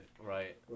Right